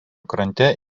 krante